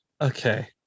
Okay